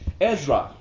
Ezra